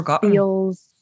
feels